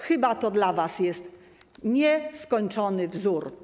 Chyba to dla was jest nieskończony wzór.